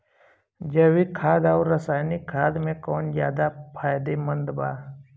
जैविक खाद आउर रसायनिक खाद मे कौन ज्यादा फायदेमंद बा?